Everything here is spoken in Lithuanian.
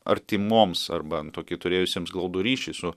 artimoms arba tokį turėjusiems glaudų ryšį su